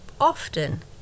often